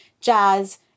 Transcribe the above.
jazz